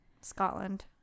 Scotland